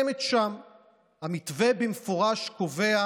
שם אברך במצוקה,